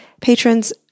Patrons